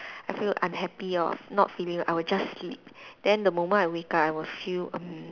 I feel unhappy or not feeling I will just sleep then the moment I wake up I will feel um